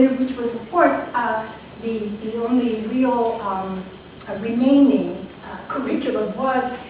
which was of course the only real um ah remaining curriculum was,